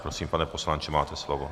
Prosím, pane poslanče, máte slovo.